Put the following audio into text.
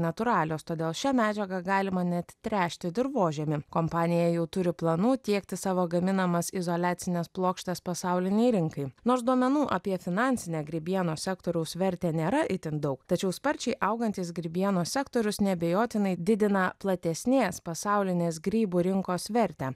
natūralios todėl šią medžiagą galima net tręšti dirvožemy kompanija jau turi planų tiekti savo gaminamas izoliacines plokštes pasaulinei rinkai nors duomenų apie finansinę grybienos sektoriaus vertę nėra itin daug tačiau sparčiai augantys grybienos sektorius neabejotinai didina platesnės pasaulinės grybų rinkos vertę